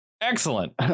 excellent